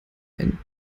ein